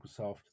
Microsoft